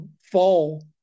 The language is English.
fall